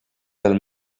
del